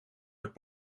met